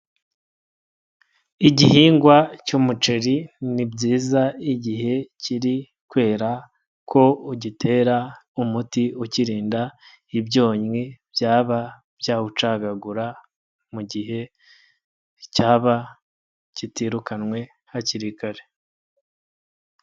Igihingwa cy'umuceri ni byiza igihe kiri kwera ko ugitera umuti ukirinda ibyonnyi byaba byawucagagura mu gihe cyaba kitirukanwe hakiri kare.